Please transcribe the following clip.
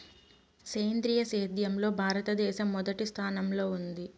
సేంద్రీయ సేద్యంలో భారతదేశం మొదటి స్థానంలో ఉంది